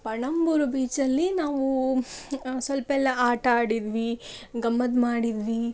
ಪಣಂಬೂರು ಬೀಚಲ್ಲಿ ನಾವು ಸ್ವಲ್ಪ ಎಲ್ಲಾ ಆಟ ಆಡಿದ್ವಿ ಗಮ್ಮತ್ತು ಮಾಡಿದ್ವಿ